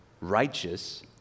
righteous